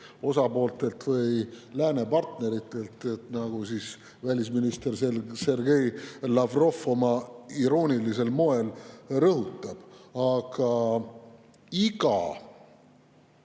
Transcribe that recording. osapooltelt või läänepartneritelt, nagu välisminister Sergei Lavrov oma iroonilisel moel rõhutab. Iga